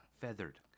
Feathered